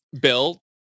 bill